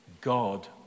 God